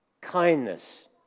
kindness